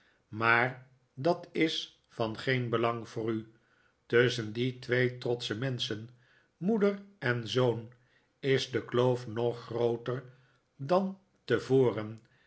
maar dat is van geen belang voor u tusschen die twee trotsche menschen moeder en zoon is de kloof nog grooter dan tevoren